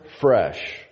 fresh